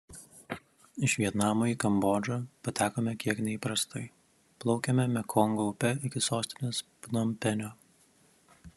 iš vietnamo į kambodžą patekome kiek neįprastai plaukėme mekongo upe iki sostinės pnompenio